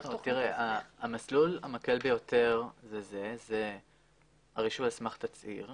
המסלול המקל ביותר זה הרישוי על סמך תצהיר.